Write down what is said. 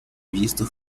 visto